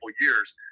years